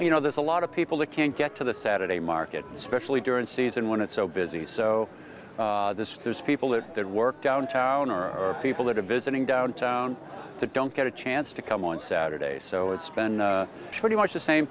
you know there's a lot of people that can't get to the saturday market especially during the season when it's so busy so there's people that work downtown or people that are visiting downtown that don't get a chance to come on saturday so it's been pretty much the same